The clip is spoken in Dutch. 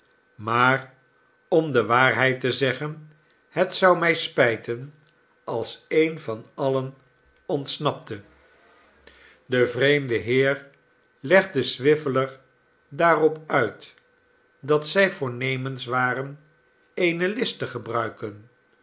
maar om de waarheid te zeggen het zou mij spijten als een van alien ontsnapte de vreemde heer legde swiveller daarop uit dat zij voornemens waren eene list te gebruiken